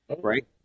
Right